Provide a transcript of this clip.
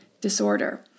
disorder